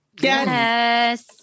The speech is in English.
Yes